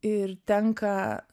ir tenka